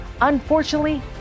Unfortunately